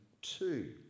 Two